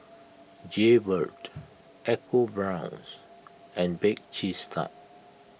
Jaybird Eco Brown's and Bake Cheese Tart